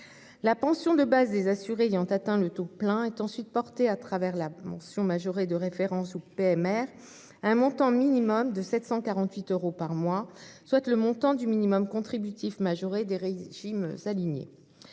La pension de base des assurés ayant atteint le taux plein est ensuite portée, au travers de la pension majorée de référence (PMR), à un montant minimum de 748 euros par mois, soit le montant du minimum contributif majoré des régimes alignés.